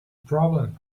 problem